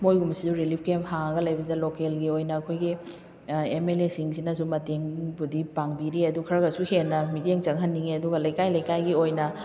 ꯃꯣꯏꯒꯨꯝꯕꯁꯤꯁꯨ relief camp ꯍꯥꯡꯉꯒ ꯂꯩꯕꯁꯤꯗ ꯂꯣꯀꯦꯜꯒꯤ ꯑꯣꯏꯅ ꯑꯩꯈꯣꯏꯒꯤ ꯑꯦꯝ ꯑꯦꯜ ꯑꯦ ꯁꯤꯡꯁꯤꯅꯁꯨ ꯃꯇꯦꯡꯕꯨꯗꯤ ꯄꯥꯡꯕꯤꯔꯤ ꯑꯗꯨ ꯈꯔꯒꯁꯨ ꯍꯦꯟꯅ ꯃꯤꯠꯌꯦꯡ ꯆꯪꯍꯟꯅꯤꯡꯏ ꯑꯗꯨꯒ ꯂꯩꯀꯥꯏ ꯂꯩꯀꯥꯏꯒꯤ ꯑꯣꯏꯅ